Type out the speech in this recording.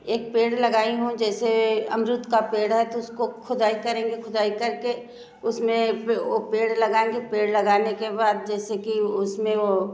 एक पेड़ लगाई हूँ जैसे अमरूद का पेड़ है तो उसको खुदाई करेंगे खुदाई करके उसमें ओ पेड़ लगाएंगे पेड़ लगाने के बाद उसमें जैसे कि उसमें वो